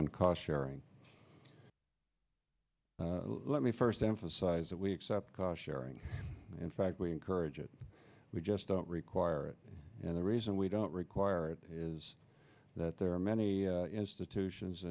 on cost sharing let me first emphasize that we accept cost sharing in fact we encourage it we just don't require it the reason we don't require it is that there are many institutions